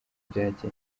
byagenze